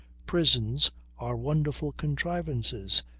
prisons are wonderful contrivances.